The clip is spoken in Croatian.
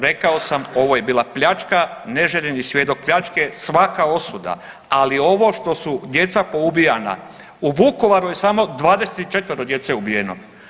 Rekao sam ovo je bila pljačka, neželjeni svjedok pljačke, svaka osuda, ali ovo što su djeca poubijana, u Vukovaru je samo 24 djece ubijeno.